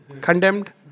condemned